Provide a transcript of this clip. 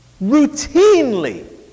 routinely